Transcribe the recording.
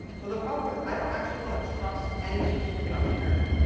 but the problem is, i don't actually want to trust any certificate on the internet.